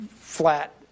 flat